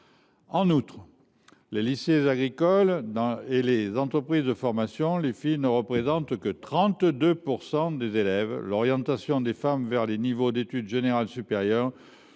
En outre, dans les lycées agricoles et dans les entreprises de formation, les filles ne représentent que 32 % des élèves. L’orientation des femmes vers des études générales supérieures